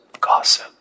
gossip